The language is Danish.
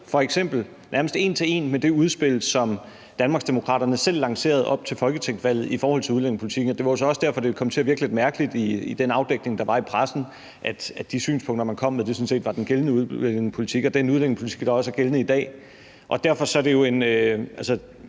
f.eks. nærmest en til en med det udspil, som Danmarksdemokraterne selv lancerede op til folketingsvalget i forhold til udlændingepolitikken. Det var jo så også derfor, det kom til at virke lidt mærkeligt i den afdækning, det var i pressen, at de synspunkter, man kom med, sådan set var den gældende udlændingepolitik og den udlændingepolitik, der også er gældende i dag. Det er jo en